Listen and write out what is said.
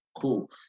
cool